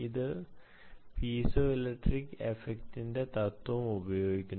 ഇത് piezoelectric ഇഫക്റ്റിന്റെ തത്വം ഉപയോഗിക്കുന്നു